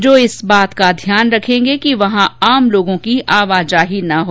जो इसका ध्यान रखेंगे कि वहां आम लोगों की आवाजाही नहीं हो